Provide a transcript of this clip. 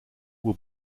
will